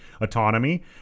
autonomy